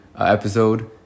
episode